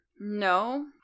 No